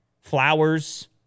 flowers